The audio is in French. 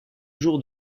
jour